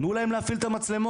תנו להם להפעיל את המצלמות,